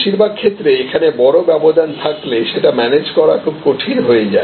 বেশিরভাগ ক্ষেত্রে এখানে খুব বড় ব্যবধান থাকলে সেটা ম্যানেজ করা খুব কঠিন হয়ে যায়